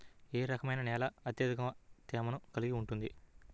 ఏ రకమైన నేల అత్యధిక తేమను కలిగి ఉంటుంది?